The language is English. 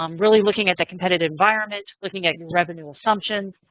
um really looking at the competitive environment, looking at your revenue assumptions,